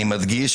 אני מדגיש,